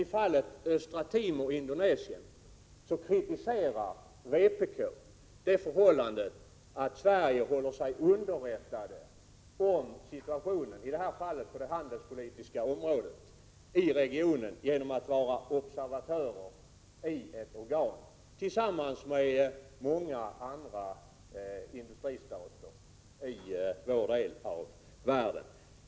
I fallet Östra Timor— Indonesien kritiserar vpk det förhållandet att Sverige håller sig underrättat om situationen på det handelspolitiska området i regionen genom att delta som observatör i ett internationellt organ tillsammans med många andra industristater i vår del av världen.